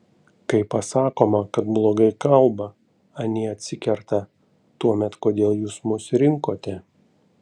kai pasakoma kad blogai kalba anie atsikerta tuomet kodėl jūs mus rinkote